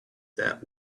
that